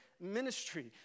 ministry